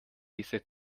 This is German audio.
diese